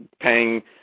paying